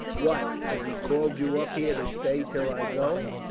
what, has he called you up here to stay till i go?